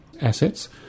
assets